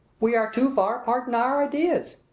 we are too far apart in our ideas.